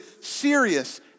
serious